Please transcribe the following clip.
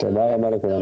רבה לכולם.